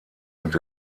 und